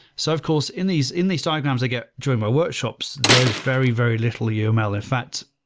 so of course, in these in these diagrams they get during my workshops, there's very very little yeah um uml. in fact,